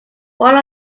one